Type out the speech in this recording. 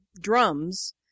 drums